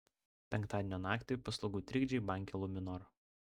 penktadienio naktį paslaugų trikdžiai banke luminor